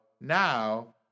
now